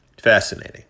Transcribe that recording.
fascinating